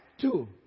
two